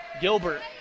Gilbert